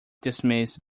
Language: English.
dismiss